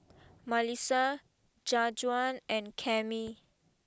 Malissa Jajuan and Cammie